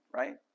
right